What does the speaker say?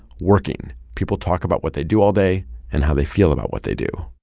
working people talk about what they do all day and how they feel about what they do.